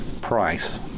price